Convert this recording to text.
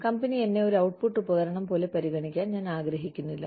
company എന്നെ ഒരു output ഉപകരണം പോലെ പരിഗണിക്കാൻ ഞാൻ ആഗ്രഹിക്കുന്നില്ല